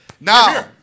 Now